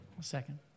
Second